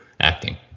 acting